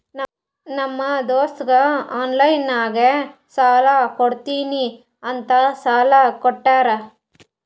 ನಮ್ ದೋಸ್ತಗ ಆನ್ಲೈನ್ ನಾಗೆ ಸಾಲಾ ಕೊಡ್ತೀನಿ ಅಂತ ಸಾಲಾ ಕೋಟ್ಟಾರ್